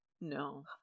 No